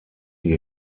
die